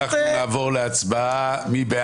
--- נצביע על הסתייגות 216. מי בעד?